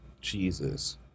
Jesus